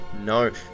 No